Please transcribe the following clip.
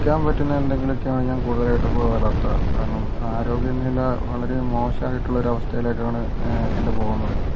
കഴിക്കാൻ പറ്റുന്ന എന്തെങ്കിലുമൊക്കെയാണ് ഞാൻ കൂടുതലായിട്ടും ഇപ്പം വളർത്താറ് കാരണം ആരോഗ്യ നില വളരെ മോശമായിട്ടുള്ള ഒരു അവസ്ഥയിലേക്കാണ് എൻ്റെ പോകുന്നത്